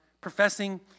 professing